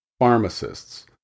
pharmacists